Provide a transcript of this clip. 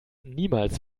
niemals